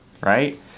right